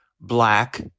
black